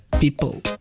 people